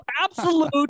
absolute